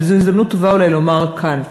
וזו הזדמנות טובה אולי לומר כאן ולהדגיש: